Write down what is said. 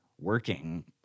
working